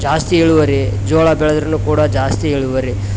ಜಾಸ್ತಿ ಇಳುವರಿ ಜೋಳ ಬೆಳದ್ರು ಕೂಡ ಜಾಸ್ತಿ ಇಳುವರಿ